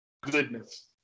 goodness